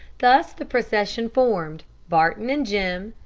thus the procession formed barton and jim,